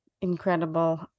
incredible